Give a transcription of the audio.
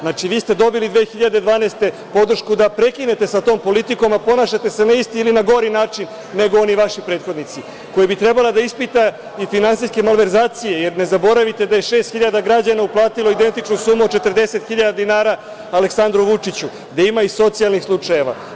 Znači, vi ste dobili 2012. godine podršku da prekinete sa tom politikom, a ponašate sa na isti ili na gori način nego oni vaši prethodnici, koje bi trebalo da ispita i finansijske malverzacije, jer ne zaboravite da je šest hiljada građana uplatilo identičnu sumu od 40.000 dinara Aleksandru Vučić gde ima i socijalnih slučajeva.